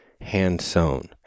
hand-sewn